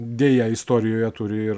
deja istorijoje turi ir